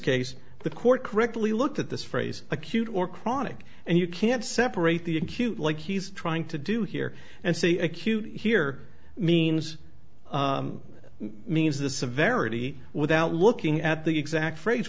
case the court correctly looked at this phrase acute or chronic and you can't separate the acute like he's trying to do here and say acute here means means the severity without looking at the exact phrase